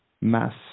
mass